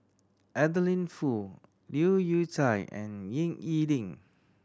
Adeline Foo Leu Yew Chye and Ying E Ding